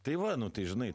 tai va nu tai žinai